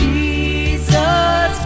Jesus